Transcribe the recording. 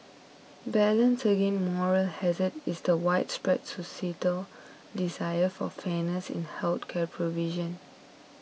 balanced against moral hazard is the widespread societal desire for fairness in health care provision